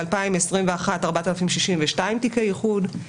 ב-2021 ניתנו 4,062 תיקי איחוד,